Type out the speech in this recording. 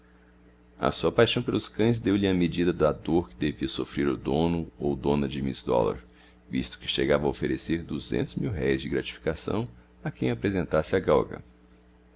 a sua paixão pelos cães deu-lhe a medida da dor que devia sofrer o dono ou dona de miss dollar visto que chegava a oferecer duzentos mil-réis de gratificação a quem apresentasse a galga